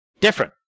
Different